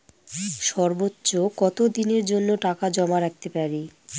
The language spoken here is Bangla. সর্বোচ্চ কত দিনের জন্য টাকা জমা রাখতে পারি?